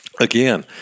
Again